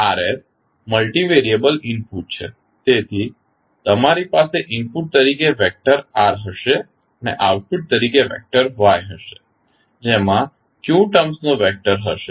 તેથી આ Rs multivariable input છે તેથી તમારી પાસે ઇનપુટ તરીકે વેક્ટર R હશે અને આઉટપુટ તરીકે વેક્ટર Yહશે જેમા q ટર્મ્સ નો વેકટર હશે